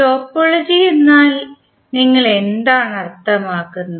topology എന്നാൽ നിങ്ങൾ എന്താണ് അർത്ഥമാക്കുന്നത്